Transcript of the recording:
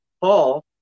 Paul